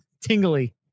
tingly